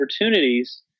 opportunities